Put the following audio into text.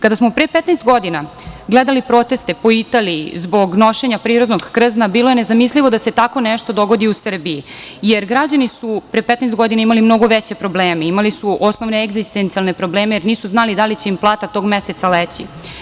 Kada smo pre 15 godina, gledali proteste po Italiji zbog nošenja prirodnog krzna, bilo je nezamislivo da se tako nešto dogodi u Srbiji, jer građani su pre 15 godina imali mnogo veće probleme, imali su osnovne egzistencijalne probleme, nisu znali da li će im plata tog meseca leći.